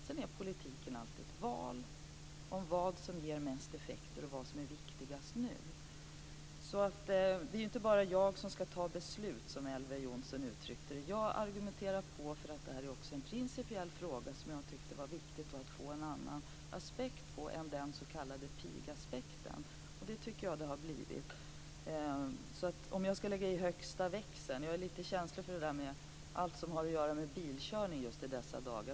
Politik innebär alltid ett val mellan vad som ger mest effekt och vad som är viktigast nu. Det är alltså inte bara jag som ska fatta beslut, som Elver Jonsson uttryckte det. Jag fortsätter att argumentera eftersom detta också är en principiell fråga som jag tycker att det är viktigt att få en annan aspekt på än den s.k. pigaspekten, och det har det också blivit. Elver Jonsson sade att jag skulle lägga i högsta växeln. Jag är lite känslig för allt som har med bilkörning att göra just i dessa dagar.